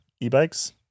e-bikes